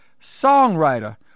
songwriter